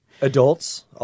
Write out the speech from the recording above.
Adults